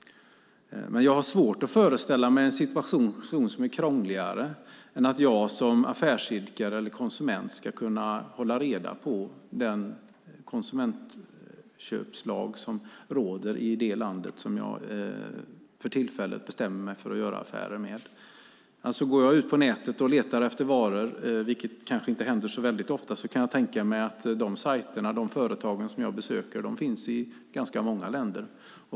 Men jag har svårt att föreställa mig en situation som är krångligare än att jag som affärsidkare eller konsument ska kunna hålla reda på vilken konsumentköplag som råder i det land som jag för tillfället bestämmer mig för att göra affärer med. Går jag ut på nätet och letar efter varor, vilket inte händer så väldigt ofta, kan jag tänka mig att de företags hemsidor som jag besöker finns i ganska många länder.